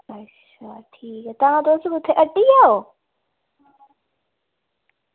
ते अच्छा ठीक ऐ तां तुस कुत्थें हट्टी आ ओ